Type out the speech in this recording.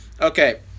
okay